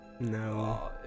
No